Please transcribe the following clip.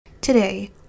Today